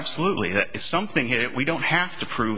absolutely that is something that we don't have to prove